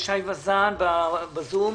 הילה שי וזאן, בבקשה, בזום.